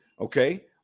okay